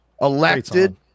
Elected